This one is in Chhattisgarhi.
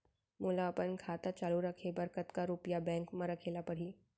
मोला अपन खाता चालू रखे बर कतका रुपिया बैंक म रखे ला परही?